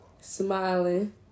Smiling